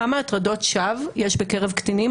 כמה הטרדות שווא יש בקרב קטינים?